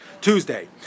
Tuesday